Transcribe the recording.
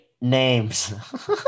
names